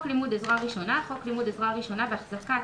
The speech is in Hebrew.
לימוד עזרה ראשונה" חוק לימוד עזרה ראשונה והחזקת